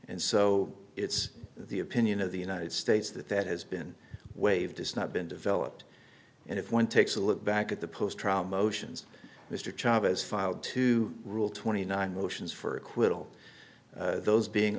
and so it's the opinion of the united states that that has been waived has not been developed and if one takes a look back at the post trial motions mr chavez filed to rule twenty nine motions for acquittal those being